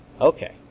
Okay